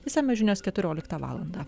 išsamios žinios keturioliktą valandą